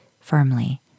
firmly